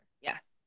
Yes